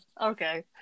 Okay